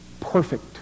perfect